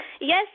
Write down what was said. Yes